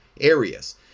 areas